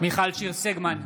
מיכל שיר סגמן,